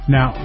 Now